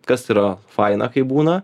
kas yra faina kai būna